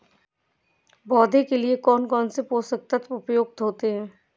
पौधे के लिए कौन कौन से पोषक तत्व उपयुक्त होते हैं?